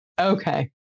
Okay